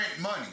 money